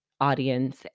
audience